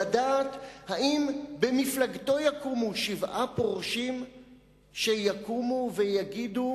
לדעת אם במפלגתו יקומו שבעה פורשים שיקומו ויגידו: